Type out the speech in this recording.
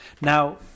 Now